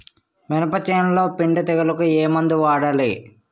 మినప చేనులో పిండి తెగులుకు ఏమందు వాడాలి?